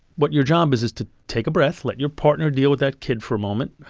but your job is is to take a breath, let your partner deal with that kid for a moment.